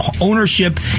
ownership